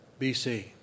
BC